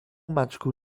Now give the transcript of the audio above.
magical